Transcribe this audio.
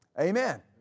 Amen